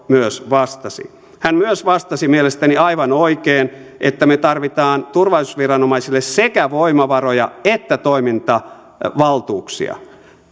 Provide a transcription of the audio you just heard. myös vastasi hän myös vastasi mielestäni aivan oikein että me tarvitsemme turvallisuusviranomaisille sekä voimavaroja että toimintavaltuuksia